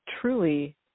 truly